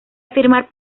afirmar